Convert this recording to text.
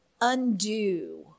undo